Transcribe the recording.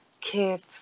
kids